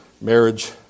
marriage